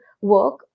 work